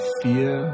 fear